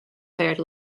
fared